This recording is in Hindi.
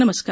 नमस्कार